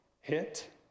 hit